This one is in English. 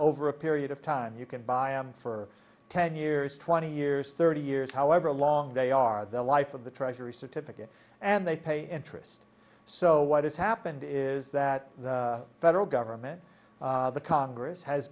over a period of time you can buy em for ten years twenty years thirty years however long they are the life of the treasury certificate and they pay interest so what has happened is that the federal government the congress has